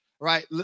Right